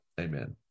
Amen